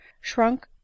shrunk